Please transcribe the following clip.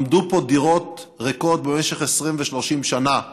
עמדו פה דירות ריקות במשך 20 ו-30 שנה,